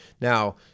now